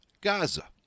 Gaza